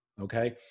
okay